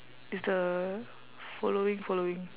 it's the following following